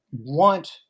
want